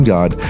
God